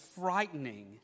frightening